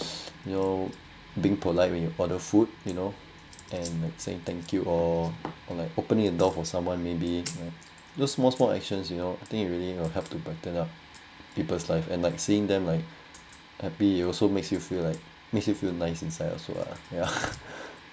you know being polite when you order food you know and saying thank you or or like opening a door for someone maybe those small small actions you know thing you really you help to brighten up people's life and like seeing them like happy it also makes you feel like makes you feel nice inside also lah ya